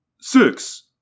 six